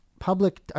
public